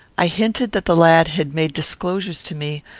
i hinted that the lad had made disclosures to me,